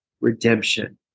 redemption